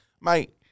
mate